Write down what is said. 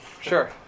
Sure